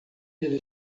ele